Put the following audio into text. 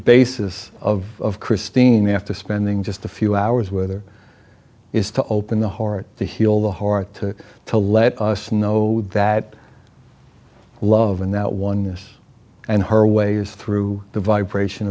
basis of christine after spending just a few hours weather is to open the heart to heal the heart to to let us know that love and that oneness and her way is through the vibration